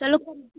चलो कम्म भी